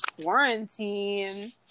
quarantine